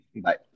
Bye